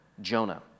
Jonah